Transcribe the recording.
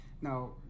Now